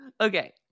okay